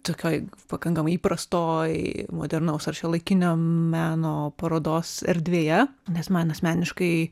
tokioj pakankamai įprastoj modernaus ar šiuolaikinio meno parodos erdvėje nes man asmeniškai